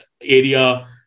area